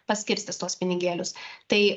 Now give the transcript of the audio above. paskirstys tuos pinigėlius tai